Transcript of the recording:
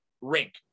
rink